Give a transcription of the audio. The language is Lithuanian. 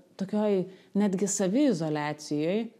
tokioj netgi saviizoliacijoj